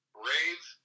brave